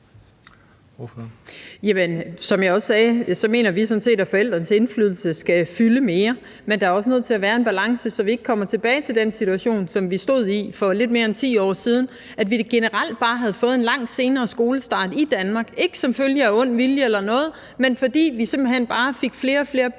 som jeg også sagde, mener vi sådan set, at forældrenes indflydelse skal fylde mere, men der er også nødt til at være en balance, så vi ikke kommer tilbage til den situation, som vi stod i for lidt mere end 10 år siden, hvor vi generelt bare havde fået en langt senere skolestart i Danmark – ikke som følge af ond vilje eller noget, men fordi vi simpelt hen bare fik flere og flere børn,